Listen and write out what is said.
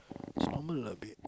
is normal lah babe